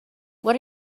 what